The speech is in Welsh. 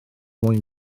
mwyn